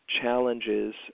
challenges